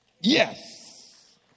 Yes